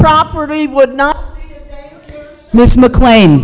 property would not miss mclean